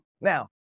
Now